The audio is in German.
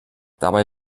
dabei